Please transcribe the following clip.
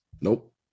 Nope